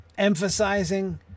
emphasizing